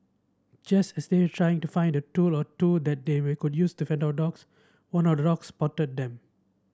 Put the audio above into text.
just as they have trying to find the tool or two that they way could use to fend the dogs one of the dogs spotted them